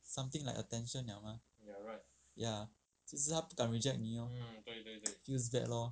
something like attention liao mah ya 就是他不敢 reject 你 loh feels bad loh